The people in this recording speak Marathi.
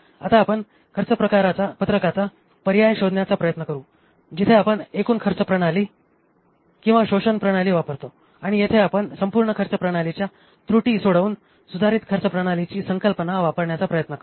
आता आपण खर्च पत्रकाचा पर्याय शोधण्याचा प्रयत्न करु जिथे आपण एकूण खर्च प्रणाली किंवा शोषण प्रणाली वापरतो आणि येथे आपण संपूर्ण खर्च प्रणालीच्या त्रुटी सोडवून सुधारित खर्च प्रणालीची संकल्पना वापरण्याचा प्रयत्न करु